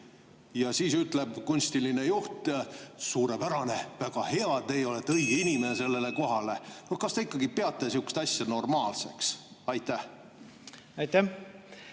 Ja siis ütleb kunstiline juht: "Suurepärane, väga hea! Teie olete õige inimene sellele kohale!" Kas te ikkagi peate sihukest asja normaalseks? Aitäh! Noh,